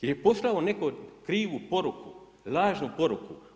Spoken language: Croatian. jer je poslao neko krivu poruku, lažnu poruku.